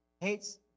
Hates